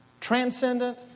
transcendent